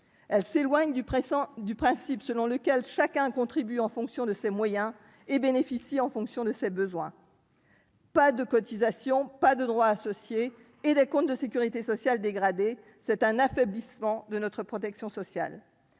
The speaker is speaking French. Elle s'éloigne du principe selon lequel chacun contribue en fonction de ses moyens et bénéficie en fonction de ses besoins. Pas de cotisations, pas de droits associés et des comptes de sécurité sociale dégradés : c'est un affaiblissement de notre protection sociale.